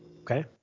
Okay